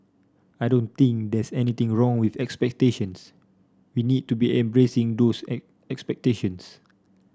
I don't think there's anything wrong with expectations we need to be embracing those expectations